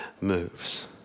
moves